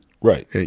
Right